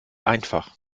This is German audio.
einfach